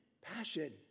passion